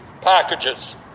packages